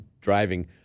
driving